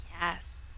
Yes